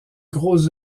gros